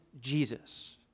Jesus